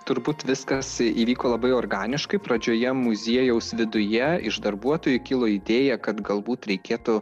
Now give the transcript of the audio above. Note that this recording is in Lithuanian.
turbūt viskas įvyko labai organiškai pradžioje muziejaus viduje iš darbuotojų kilo idėja kad galbūt reikėtų